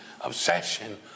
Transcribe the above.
obsession